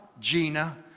Gina